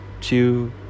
two